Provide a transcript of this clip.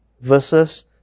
versus